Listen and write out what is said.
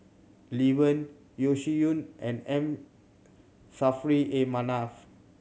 Lee Wen Yeo Shih Yun and M Saffri A Manaf